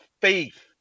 faith